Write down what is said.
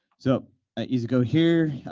so ah easy go here.